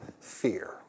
fear